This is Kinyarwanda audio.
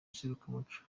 iserukiramuco